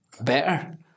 better